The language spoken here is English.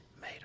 made